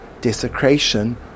desecration